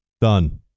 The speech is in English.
Done